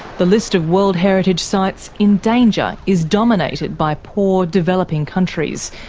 the list of world heritage sites in danger is dominated by poor, developing countries,